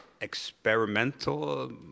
experimental